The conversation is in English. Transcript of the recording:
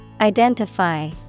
Identify